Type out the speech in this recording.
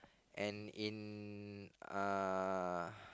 and in uh